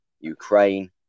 Ukraine